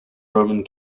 roman